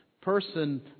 person